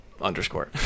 underscore